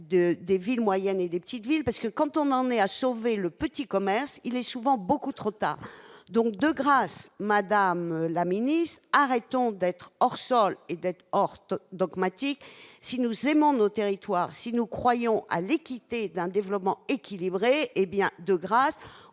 des villes moyennes et des petites villes, parce que quand on en est à sauver le petit commerce, il est souvent beaucoup trop tard, donc, de grâce, Madame la Ministre, arrêtons d'être hors sol et Hortefeux dogmatique si nous aimons nos territoires si nous croyons à l'équité d'un développement équilibré, hé bien, de grâce,